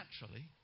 naturally